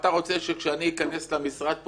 אתה רוצה שכשאני אכנס למשרד פה,